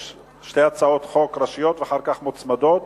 יש שתי הצעות ראשיות ואחר כך, מוצמדות.